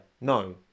no